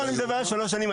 אני מדבר על שלוש שנים.